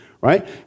right